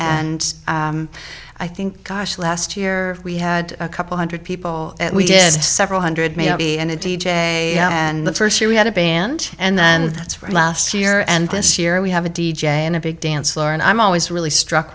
and i think gosh last year we had a couple hundred people we did several hundred maybe and a d j and the first year we had a band and then that's from last year and this year we have a d j in a big dance floor and i'm always really struck